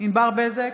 ענבר בזק,